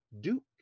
Duke